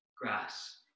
grass